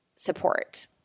Support